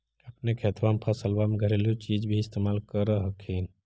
अपने खेतबा फसल्बा मे घरेलू चीज भी इस्तेमल कर हखिन?